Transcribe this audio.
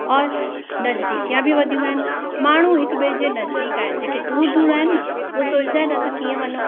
औरि नज़दीकियां बि वधियूं आहिनि माण्हू हिक ॿिए जे नज़दीक आहिनि जेके दूरि दूरि आहिनि न उहे सोचंदा आहिनि असां कीअं वञूं